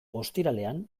ostiralean